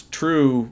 true